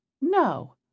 No